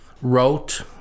wrote